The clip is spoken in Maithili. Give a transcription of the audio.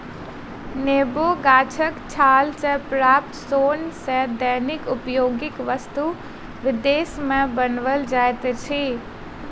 नेबो गाछक छाल सॅ प्राप्त सोन सॅ दैनिक उपयोगी वस्तु विदेश मे बनाओल जाइत अछि